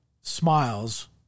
Smiles